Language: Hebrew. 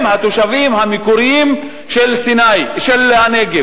הם התושבים המקוריים של הנגב,